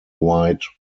wide